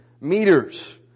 meters